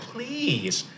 Please